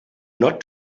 not